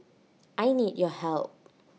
I need your help